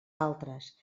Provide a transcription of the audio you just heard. altres